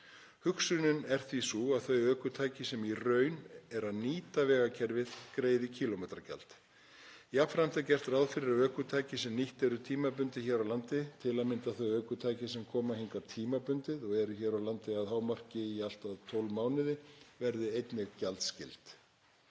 Hugsunin er því sú að þau ökutæki sem í raun eru að nýta vegakerfið greiði kílómetragjald. Jafnframt er gert ráð fyrir að ökutæki sem nýtt eru tímabundið hér á landi, til að mynda þau ökutæki sem koma hingað tímabundið og eru hér á landi að hámarki í allt að 12 mánuði, verði einnig gjaldskyld.